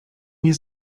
nie